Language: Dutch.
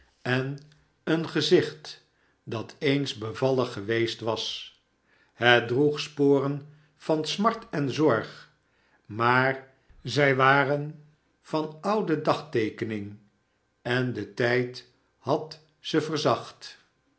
en een gezicht dat eens bevallig geweest was het droeg sporen van smart en zorg maar zij waren van oude dagteekening en de tijd had ze verzacht